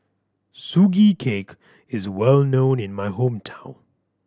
Sugee Cake is well known in my hometown